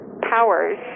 powers